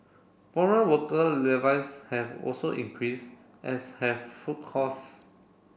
foreign worker have also increased as have food costs